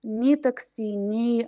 nei taksi nei